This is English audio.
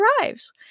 arrives